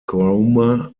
cromer